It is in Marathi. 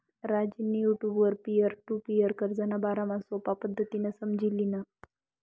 राजेंनी युटुबवर पीअर टु पीअर कर्जना बारामा सोपा पद्धतीनं समझी ल्हिनं